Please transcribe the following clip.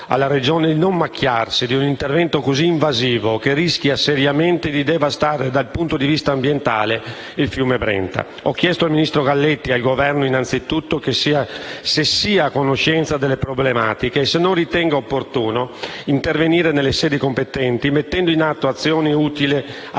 alla Regione di non macchiarsi di un intervento così invasivo, che rischia seriamente di devastare, dal punto di vista ambientale, il fiume Brenta. Ho chiesto al ministro Galletti e al Governo innanzitutto se siano a conoscenza di tali problematiche e se non ritengano opportuno intervenire nelle sedi competenti, mettendo in atto azioni utili